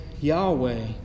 Yahweh